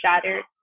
shattered